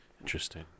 interesting